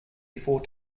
before